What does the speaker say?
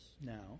now